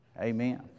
Amen